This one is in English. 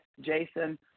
Jason